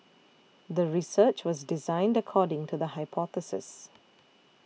the research was designed according to the hypothesis